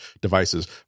devices